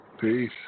Peace